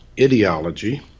ideology